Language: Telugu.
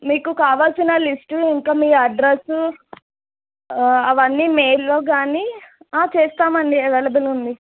మీకు కావాల్సిన లిస్టు ఇంకా మీ అడ్రస్సు అవన్నీ మెయిల్లో గానీ చేస్తామండి అవైలబుల్ ఉంది